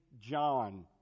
John